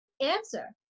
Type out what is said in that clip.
answer